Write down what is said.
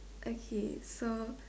okay so